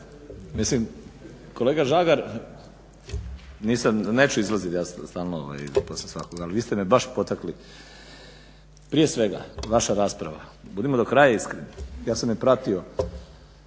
Mislim kolega Žagar neću izlaziti poslije svakoga ali vi ste me baš potakli, prije svega vaša rasprava. Budimo do kraja iskreni ja sam je pratio